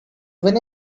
when